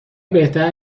بهتر